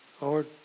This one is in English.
Lord